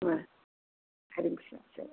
ஆ செரிங்க சார் சரி